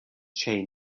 chain